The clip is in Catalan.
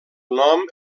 nom